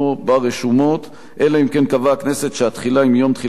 אלא אם כן קבעה הכנסת שהתחילה היא מיום תחילתו של החוק שאותו מתקנים.